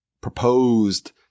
proposed